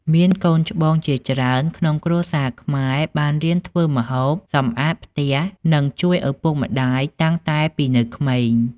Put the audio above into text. មានកូនច្បងជាច្រើនក្នុងគ្រួសារខ្មែរ បានរៀនធ្វើម្ហូប សម្អាតផ្ទះ និងជួយឪពុកម្ដាយតាំងតែពីនៅក្មេង។